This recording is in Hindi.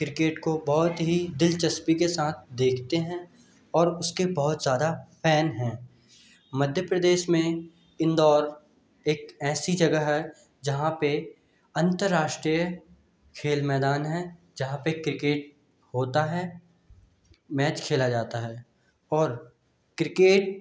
क्रिकेट को बहुत ही दिलचस्पी के साथ देखते हैं और उसके बहुत ज़्यादा फैन हैं मध्य प्रदेश में इंदौर एक ऐसी जगह है जहाँ पे अंतर्राष्ट्रीय खेल मैदान हैं जहाँ पे क्रिकेट होता है मैच खेला जाता है और क्रिकेट